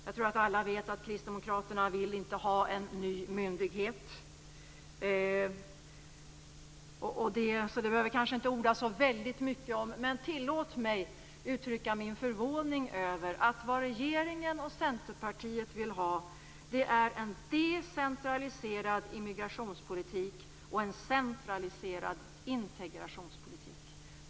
Jag tror att alla vet att kristdemokraterna inte vill ha någon ny myndighet, så det behöver jag kanske inte orda så mycket om. Men tillåt mig att uttrycka min förvåning över att regeringen och Centerpartiet vill ha en decentraliserad immigrationspolitik och en centraliserad integrationspolitik.